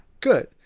Good